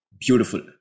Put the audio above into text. Beautiful